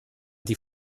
die